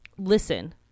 Listen